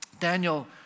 Daniel